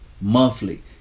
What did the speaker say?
Monthly